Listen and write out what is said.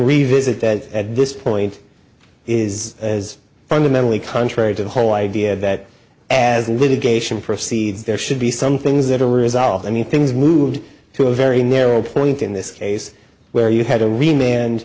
revisit that at this point is as fundamentally contrary to the whole idea that as litigation first see there should be some things that are resolved i mean things moved to a very narrow point in this case where you had to rema